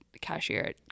cashier